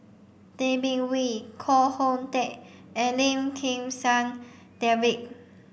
Tay Bin Wee Koh Hoon Teck and Lim Kim San David